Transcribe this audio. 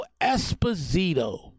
Esposito